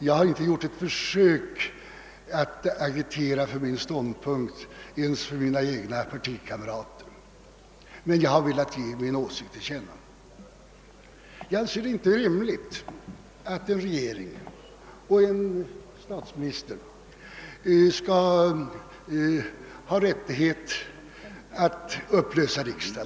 Jag har inte gjort ett försök att agitera för min ståndpunkt ens inför mina egna partikamrater, men jag har velat ge min åsikt till känna. Jag anser det inte rimligt att en regering och en statsminister skall ha rättighet att upplösa riksdagen.